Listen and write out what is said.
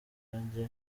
budage